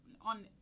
on